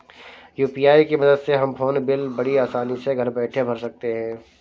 UPI की मदद से हम फ़ोन बिल बड़ी आसानी से घर बैठे भर सकते हैं